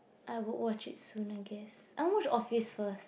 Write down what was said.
I would watch it soon I guess I want to watch it first